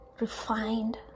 refined